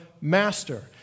master